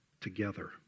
together